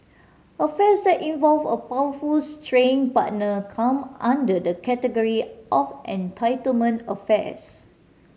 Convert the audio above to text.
affairs that involve a powerful straying partner come under the category of entitlement affairs